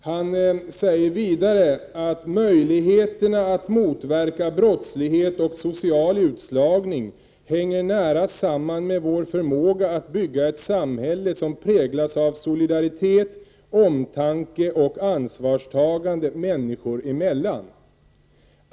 Han säger vidare att möjligheterna att motverka brottslighet och social utslagning hänger nära samman med vår förmåga att bygga ett samhälle som präglas av solidaritet, omtanke och ansvarstagande människor emellan.